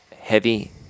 heavy